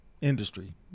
industry